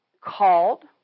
called